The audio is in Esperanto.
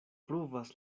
pruvas